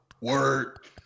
Word